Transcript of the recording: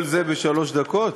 כל זה בשלוש דקות?